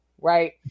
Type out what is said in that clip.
Right